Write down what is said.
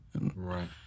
Right